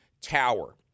Tower